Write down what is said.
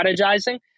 strategizing